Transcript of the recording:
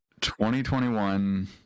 2021